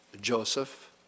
Joseph